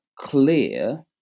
clear